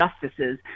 justices